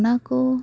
ᱚᱱᱟ ᱠᱚ